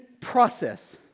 process